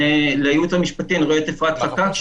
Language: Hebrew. אני רואה את אפרת חקאק,